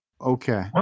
Okay